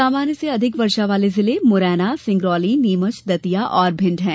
सामान्य से अधिक वर्षा वाले जिले मुरैना सिंगरौली नीमच दतिया और भिण्ड हैं